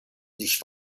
sich